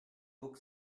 book